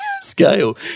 scale